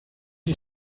you